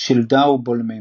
שלדה ובולמים